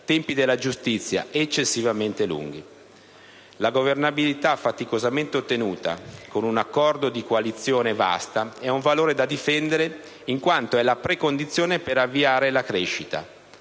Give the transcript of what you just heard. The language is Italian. tempi della giustizia eccessivamente lunghi. La governabilità faticosamente ottenuta con un accordo di coalizione vasta è un valore da difendere in quanto è la pre-condizione per riavviare la crescita,